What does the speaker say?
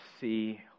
see